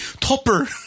Topper